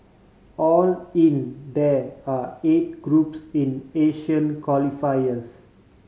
all in there are eight groups in Asian qualifiers